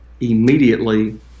immediately